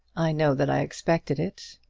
i know that i expected it.